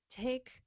take